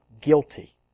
guilty